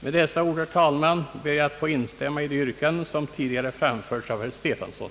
Med dessa ord, herr talman, ber jag att få instämma i det yrkande som tidigare har ställts av herr Stefanson.